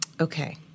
Okay